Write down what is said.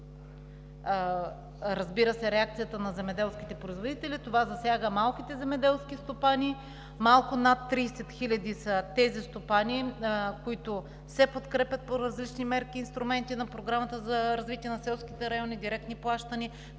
разбирам реакцията на земеделските производители, това засяга малките земеделски стопани, малко над 30 хиляди са стопаните, които се подкрепят по различни мерки и инструменти на Програмата за развитие на селските райони с директни плащания,